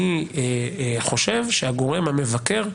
אני חושב שהגורם המבקר,